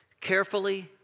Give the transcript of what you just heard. carefully